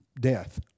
death